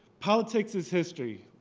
politics is history,